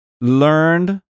learned